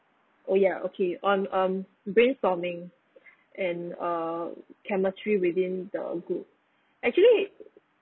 oh ya okay on um brainstorming and err chemistry within the group actually